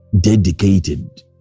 dedicated